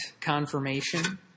confirmation